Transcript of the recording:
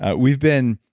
ah we've been,